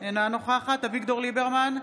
אינה נוכחת אביגדור ליברמן,